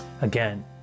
Again